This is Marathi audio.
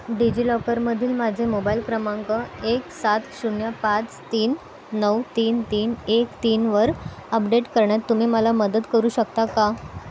डिजि लॉकरमधील माझे मोबाईल क्रमांक एक सात शून्य पाच तीन नऊ तीन तीन एक तीनवर अपडेट करण्यात तुम्ही मला मदत करू शकता का